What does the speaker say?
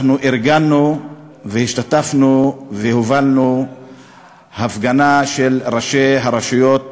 ארגנו והשתתפנו והובלנו הפגנה של ראשי הרשויות